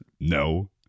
No